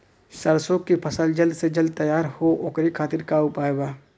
सरसो के फसल जल्द से जल्द तैयार हो ओकरे खातीर का उपाय बा?